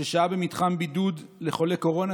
ששהה במתחם בידוד לחולי קורונה,